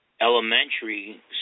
elementary